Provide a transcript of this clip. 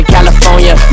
California